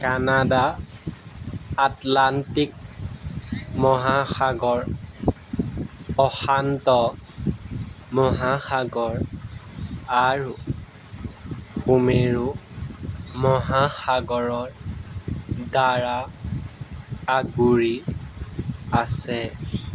Canada Atlantic মহাসাগৰ প্ৰশান্ত মহাসাগৰ আৰু সুমেৰু মহাসাগৰৰ দ্বাৰা আগুৰি আছে